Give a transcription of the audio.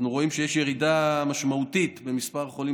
אנחנו רואים שיש ירידה משמעותית במספר החולים